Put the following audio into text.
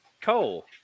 Coal